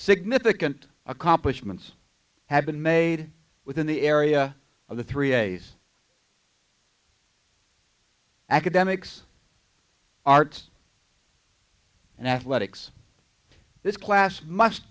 significant accomplishments have been made within the area of the three a's academics arts and athletics this class must